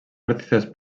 artistes